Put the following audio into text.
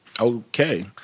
Okay